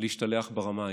להשתלח ברמה האישית.